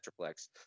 Metroplex